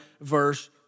verse